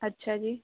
ਅੱਛਾ ਜੀ